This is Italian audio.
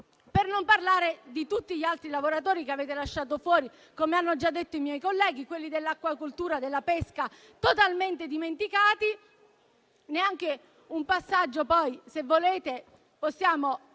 Per non parlare, poi, di tutti gli altri lavoratori che avete lasciato fuori - come hanno già detto i miei colleghi - quelli dell'acquacoltura e della pesca totalmente dimenticati. Non c'è poi neanche un passaggio, se volete, su